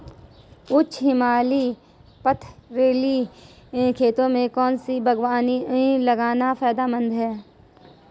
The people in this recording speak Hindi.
उच्च हिमालयी पथरीली खेती में कौन सी बागवानी लगाना फायदेमंद है?